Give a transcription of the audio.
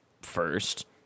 first